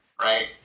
right